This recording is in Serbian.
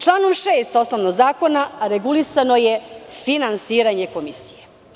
Članom 6. osnovnog zakona regulisano je finansiranje komisije.